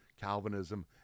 Calvinism